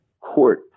court